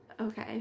Okay